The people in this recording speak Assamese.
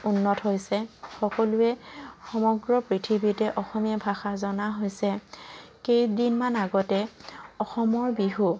উন্নত হৈছে সকলোৱে সমগ্ৰ পৃথিৱীতে অসমীয়া ভাষা জনা হৈছে কেইদিনমান আগতে অসমৰ বিহু